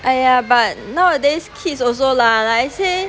!aiya! but nowadays kids also lah like I say